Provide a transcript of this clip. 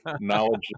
knowledge